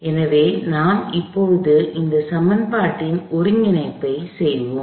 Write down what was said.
எனவே நாம் இப்போது சமன்பாட்டின் ஒருங்கிணைப்பை செய்வோம்